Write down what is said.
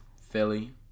Philly